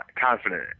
confident